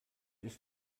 ist